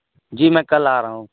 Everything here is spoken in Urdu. جی میں کل آ رہا ہوں